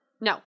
no